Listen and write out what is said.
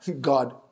God